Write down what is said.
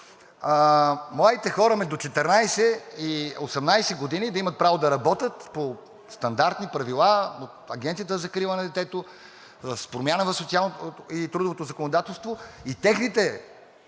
младите хора между 14 и 18 години да имат право да работят по стандартни правила от Агенцията за закрила на детето с промяна в трудовото